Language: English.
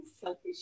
selfish